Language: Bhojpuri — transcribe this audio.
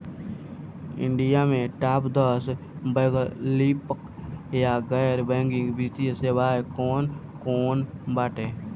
इंडिया में टाप दस वैकल्पिक या गैर बैंकिंग वित्तीय सेवाएं कौन कोन बाटे?